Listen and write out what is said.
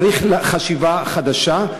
צריך חשיבה חדשה,